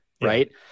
Right